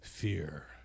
Fear